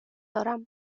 دارم